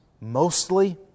mostly